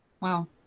Wow